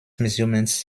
measurements